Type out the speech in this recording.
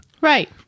right